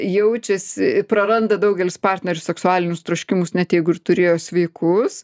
jaučiasi praranda daugelis partnerių seksualinius troškimus net jeigu ir turėjo sveikus